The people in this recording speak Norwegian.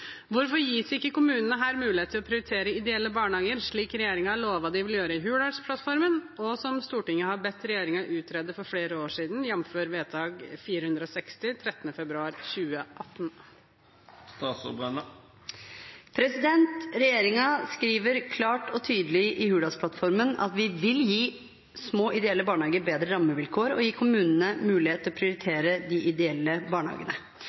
Hvorfor gis ikke kommunene her mulighet til å prioritere ideelle barnehager, slik regjeringen har lovet de vil gjøre i Hurdalsplattformen, og som også Stortinget har bedt regjeringen utrede for flere år siden, jf. vedtak nr. 460 13. februar 2018?» Regjeringen skriver klart og tydelig i Hurdalsplattformen at vi vil gi små ideelle barnehager bedre rammevilkår og gi kommunene mulighet til å prioritere de ideelle barnehagene.